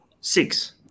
Six